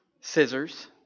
scissors